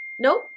Nope